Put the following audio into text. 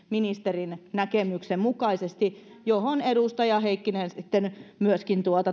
ministerin näkemyksen mukaisesti johon edustaja heikkinen sitten myöskin